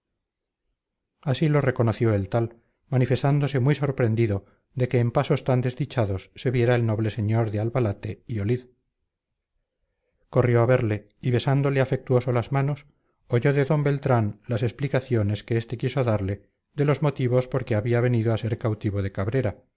así lo reconoció el tal manifestándose muy sorprendido de que en pasos tan desdichados se viera el noble señor de albalate y olid corrió a verle y besándole afectuoso las manos oyó de d beltrán las explicaciones que este quiso darle de los motivos por que había venido a ser cautivo de cabrera